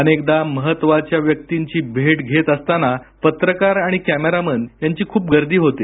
अनेकदा महत्त्वाच्या व्यक्तींची भेट घेत असताना पत्रकार आणि कॅमेरामन यांची खूप गर्दी होते